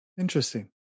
Interesting